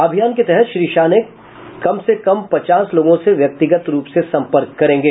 अभियान के तहत श्री शाह कम से कम पचास लोगों से व्यक्तिगत रूप से सम्पर्क करेंगे